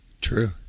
True